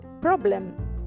problem